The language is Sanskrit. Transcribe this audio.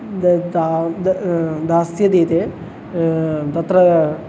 ददा द दास्यन्ति ते तत्र